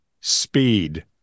speed